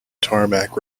tarmac